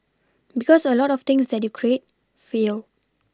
because a lot of things that you create fail